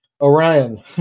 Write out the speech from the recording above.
Orion